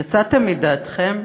יצאתם מדעתכם?